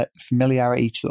familiarity